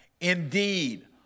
Indeed